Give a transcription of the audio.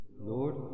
Lord